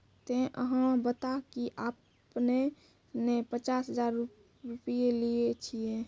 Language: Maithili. ते अहाँ बता की आपने ने पचास हजार रु लिए छिए?